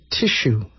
tissue